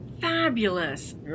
Fabulous